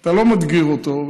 אתה לא מדגיר אותו,